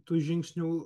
tų žingsnių